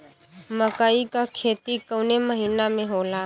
मकई क खेती कवने महीना में होला?